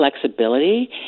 flexibility